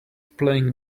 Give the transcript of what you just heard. playing